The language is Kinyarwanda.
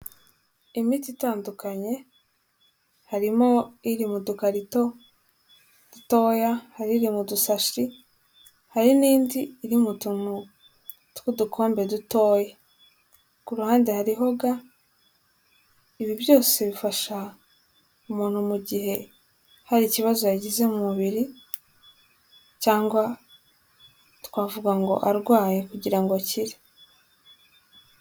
Imiti itandukanye harimo mu dukarito dutoya hari mu dusashi hari n'indi iri mu tuntu tudukombe dutoya kuru ruhande hariho ga ibi byose bifasha umuntu mu gihe hari ikibazo yagize mu mubiri cyangwa twavuga ngo arwaye kugira ngo akire.